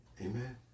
amen